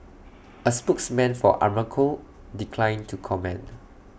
A spokesman for Aramco declined to comment